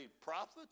prophets